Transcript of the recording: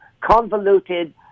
convoluted